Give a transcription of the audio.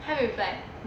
then 他有 reply